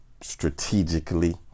strategically